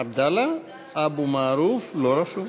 עבדאללה אבו מערוף, לא רשום.